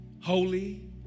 Holy